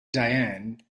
diane